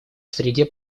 среде